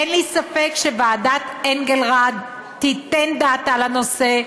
אין לי ספק שוועדת אנגלרד תיתן דעתה על הנושא,